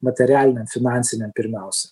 materialinėm finansinėm pirmiausia